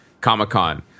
Comic-Con